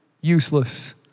useless